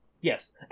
Yes